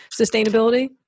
sustainability